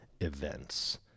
events